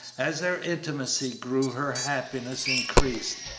as their intimacy grew her happiness increased,